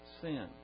sin